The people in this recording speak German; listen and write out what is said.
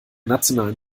nationalen